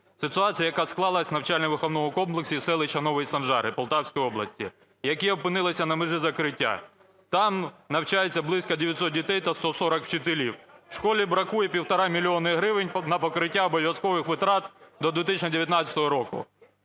Ситуація, яка склалась в навчально-виховному комплексі селища Нові Санжари Полтавської області, яка опинилися на межі закриття. Там навчається близько 900 дітей та 140 вчителів. Школі бракує півтора мільйона гривень на покриття обов'язкових витрат до 2019 року.